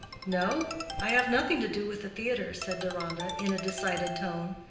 no i have nothing to do with the theatre, said deronda, in a decided tone.